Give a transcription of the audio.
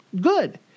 good